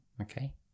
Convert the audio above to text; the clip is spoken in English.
Okay